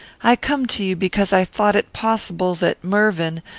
i come to you, because i thought it possible that mervyn,